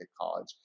College